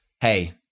hey